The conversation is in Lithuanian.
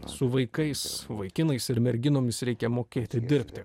su vaikais vaikinais ir merginomis reikia mokėti dirbti